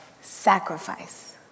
sacrifice